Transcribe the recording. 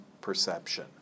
perception